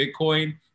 Bitcoin